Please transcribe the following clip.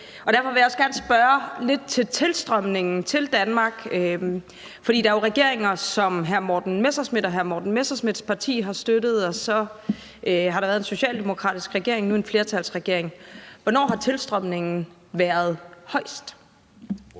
derfor vil jeg også gerne spørge lidt til tilstrømningen til Danmark. For der har jo været regeringer, som hr. Morten Messerschmidt og hr. Morten Messerschmidts parti har støttet, og så har der været en socialdemokratisk regering, og nu er der en flertalsregering. Hvornår har tilstrømningen været størst?